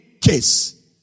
case